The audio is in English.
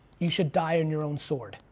you should die on your own sword,